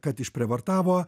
kad išprievartavo